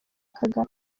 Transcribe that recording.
kagame